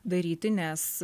daryti nes